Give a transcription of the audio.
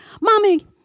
mommy